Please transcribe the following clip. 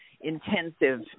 intensive